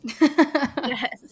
Yes